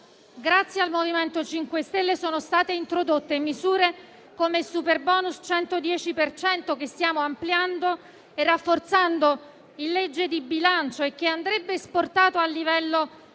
Grazie al MoVimento 5 stelle sono state introdotte misure come superbonus al 110 per cento, che stiamo ampliando e rafforzando nella legge di bilancio e che andrebbe esportato a livello